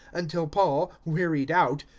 until paul, wearied out,